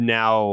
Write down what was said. now